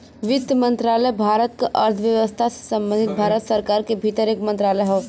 वित्त मंत्रालय भारत क अर्थव्यवस्था से संबंधित भारत सरकार के भीतर एक मंत्रालय हौ